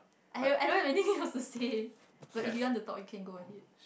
I have I don't have anything else to say but if you want to talk you can go ahead